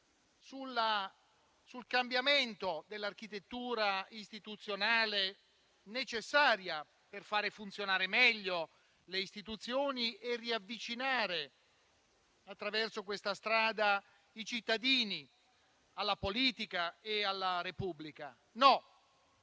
sul cambiamento dell'architettura istituzionale necessaria per far funzionare meglio le istituzioni e riavvicinare, attraverso questa strada, i cittadini alla politica e alla Repubblica. No,